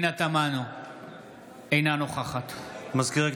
אינה נוכחת מזכיר הכנסת,